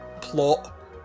plot